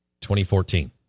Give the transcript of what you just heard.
2014